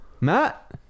Matt